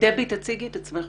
דבי, הציגי את עצמך.